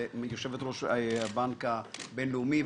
יושבת-ראש הבנק הבינלאומי,